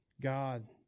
God